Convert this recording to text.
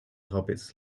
hobbits